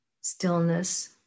Stillness